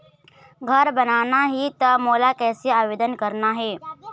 घर बनाना ही त मोला कैसे आवेदन करना हे?